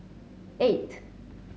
eight